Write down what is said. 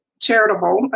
charitable